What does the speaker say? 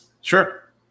Sure